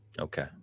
Okay